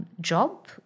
job